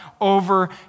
over